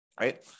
right